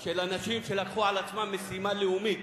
של אנשים שלקחו על עצמם משימה לאומית,